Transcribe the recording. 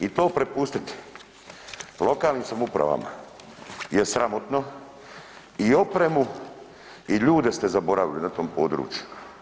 I to prepustiti lokalnim samoupravama je sramotno i opremu i ljude ste zaboravili na tom području.